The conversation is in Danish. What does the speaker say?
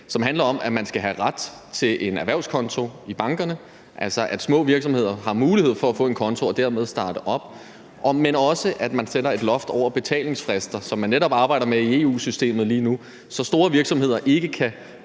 som handler om, at man skal have ret til en erhvervskonto i bankerne, altså at små virksomheder skal have mulighed for at få en konto og dermed starte op, men også, at der sættes et loft over betalingsfrister, hvilket der netop arbejdes med i EU-systemet lige nu, så store virksomheder ikke kan